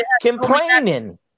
complaining